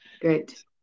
great